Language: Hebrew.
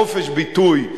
חופש ביטוי,